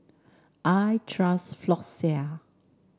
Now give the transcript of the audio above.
I trust Floxia